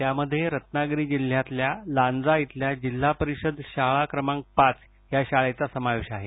त्यामध्ये रत्नागिरी जिल्ह्यातल्या लांजा इथल्या जिल्हा परिषद शाळा क्रमांक पाच या शाळेचा समावेश आहे